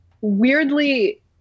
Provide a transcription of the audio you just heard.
Weirdly